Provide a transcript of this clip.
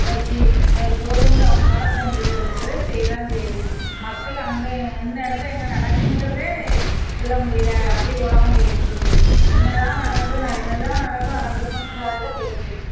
போய்ச்சி government அவங்களால செஞ்ச இதை செய்ய தான் செய்து மக்கள் அங்கே எந்த இடத்துல என்ன நடக்குங்கிறதே சொல்ல முடியல அப்படி உலகம் போயிக்கிட்ருக்கு என்ன தான் நடக்கும் ந என்ன தான் நடக்கும் நடக்கட்டுங்கிற இதில் போயிட்டு இருக்குது